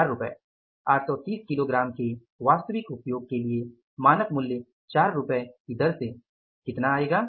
चार रुपये 830 किलोग्राम के वास्तविक उपयोग के लिए मानक मूल्य चार रुपये की दर से कितना होगा